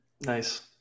Nice